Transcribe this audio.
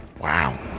wow